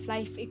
Life